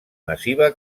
massiva